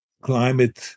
climate